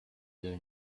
their